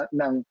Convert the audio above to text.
ng